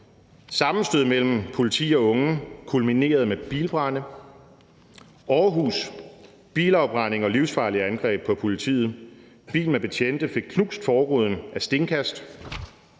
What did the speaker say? Sammenstød mellem politi og unge kulminerede med bilbrande. Aarhus: »Bilafbrænding og livsfarligt angreb på politiet: Bil med betjente fik knust forruden af stenkast«.